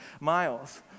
miles